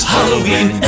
Halloween